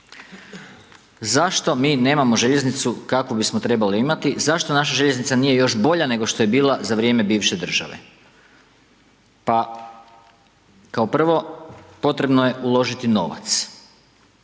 Zašto mi nemamo željeznicu kakvu bismo trebali imati? Zašto naša željeznica nije još bolja nego što je bila za vrijeme bivše države? Pa kao prvo, potrebno je uložiti novac.